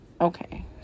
okay